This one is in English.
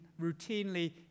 routinely